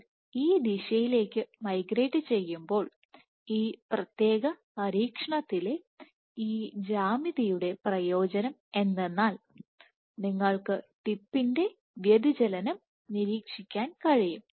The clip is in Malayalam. സെൽ ഈ ദിശയിലേക്ക് മൈഗ്രേറ്റ് ചെയ്യുമ്പോൾ ഈ പ്രത്യേക പരീക്ഷണത്തിലെ ഈ ജ്യാമിതിയുടെ പ്രയോജനം എന്തെന്നാൽ നിങ്ങൾക്ക് ടിപ്പിന്റെ വ്യതിചലനം നിരീക്ഷിക്കാൻ കഴിയും